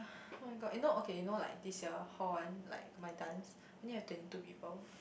[oh]-my-god you know okay you know like this your hall one like my dance only have twenty two people